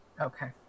Okay